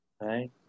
right